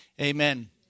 amen